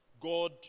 God